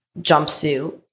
jumpsuit